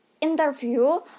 Interview